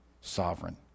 sovereign